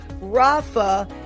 rafa